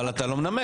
אבל אתה לא מנמק.